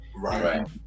Right